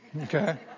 Okay